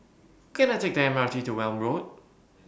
Can I Take The M R T to Welm Road